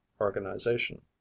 organization